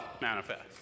manifest